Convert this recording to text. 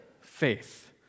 faith